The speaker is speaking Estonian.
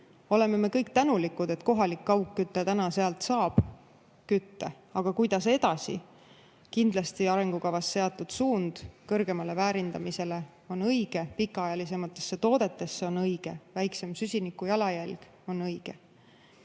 oleme me kõik tänulikud, et kohalik kaugküte täna sealt saab kütte. Aga kuidas edasi? Kindlasti arengukavas seatud suund kõrgemale väärindamisele on õige, pikaajalisematesse toodetesse on õige, väiksem süsinikujalajälg on õige.